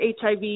HIV